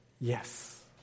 Yes